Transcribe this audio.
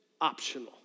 optional